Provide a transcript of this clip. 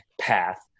path